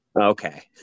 Okay